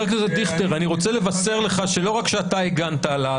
אני רוצה לבשר לך שלא רק שאתה הגנת עליו,